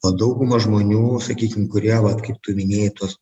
o dauguma žmonių sakykim kurie vat kaip tu minėjai tuos